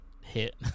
hit